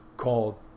called